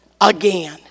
again